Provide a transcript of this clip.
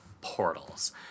portals